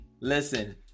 listen